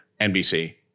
NBC